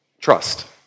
trust